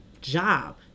job